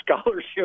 scholarship